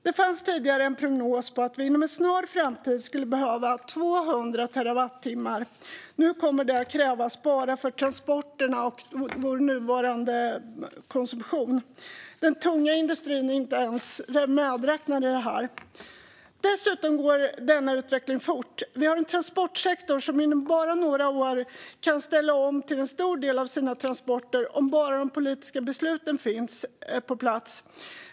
Det fanns tidigare en prognos på att vi inom en snar framtid skulle behöva 200 terawattimmar, men nu kommer detta att krävas bara för transporterna och vår nuvarande konsumtion. Den tunga industrin är inte ens medräknad. Utvecklingen går fort. Transportsektorn kan inom bara några år ställa om en stor del av sina transporter om bara de politiska besluten finns på plats.